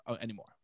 anymore